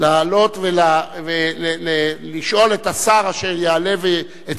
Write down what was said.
לעלות ולשאול את שר החינוך,